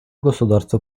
государство